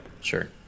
sure